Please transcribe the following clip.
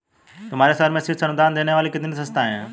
तुम्हारे शहर में शीर्ष अनुदान देने वाली कितनी संस्थाएं हैं?